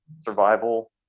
survival